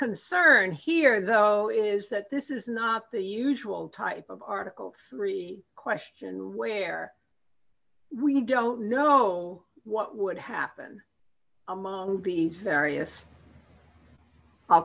concern here though is that this is not the usual type of article three questions where we don't know what would happen these various i'll